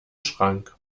schrank